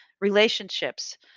Relationships